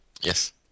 Yes